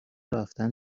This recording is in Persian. ورفتن